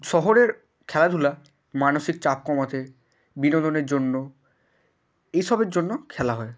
শহরের খেলাধূলা মানসিক চাপ কমাতে বিনোদনের জন্য এইসবের জন্য খেলা হয়